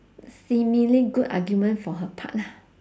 seemingly good argument for her part lah